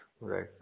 right